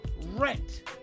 rent